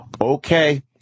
Okay